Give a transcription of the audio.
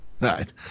right